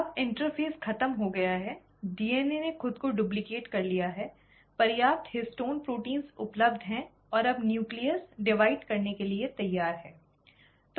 अब इंटरपेज़ खत्म हो गया है डीएनए ने खुद को डुप्लीकेट कर लिया है पर्याप्त हिस्टोन प्रोटीन उपलब्ध हैं और अब न्यूक्लियस विभाजित करने के लिए तैयार है